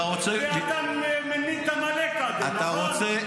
אתה מינית מלא קאדים, נכון?